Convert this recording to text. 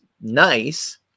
nice